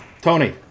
Tony